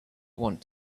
want